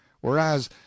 Whereas